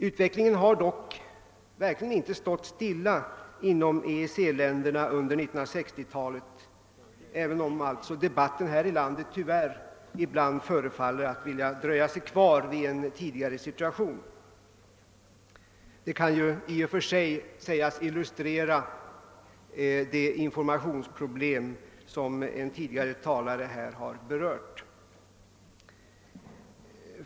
Utvecklingen har dock verkligen inte stått stilla inom EEC-länderna under 1960-talet, även om alltså debatten här i landet tyvärr ibland förefaller vilja dröja sig kvar vid en ti digare situation. Det kan ju i och för sig sägas illustrera det informationsproblem som en tidigare talare här har berört.